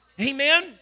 Amen